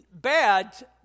bad